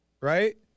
Right